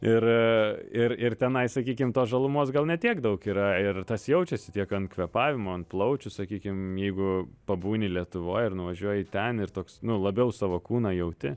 ir ir ir tenai sakykim tos žalumos gal ne tiek daug yra ir tas jaučiasi tiek ant kvėpavimo ant plaučių sakykim jeigu pabūni lietuvoj ir nuvažiuoji ten ir toks nu labiau savo kūną jauti